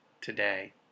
today